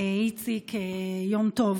יצחק כהן, יום טוב.